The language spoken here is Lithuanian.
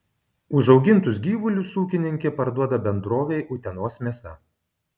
užaugintus gyvulius ūkininkė parduoda bendrovei utenos mėsa